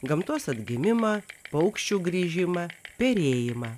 gamtos atgimimą paukščių grįžimą perėjimą